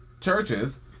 churches